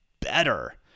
better